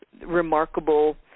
remarkable